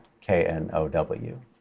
K-N-O-W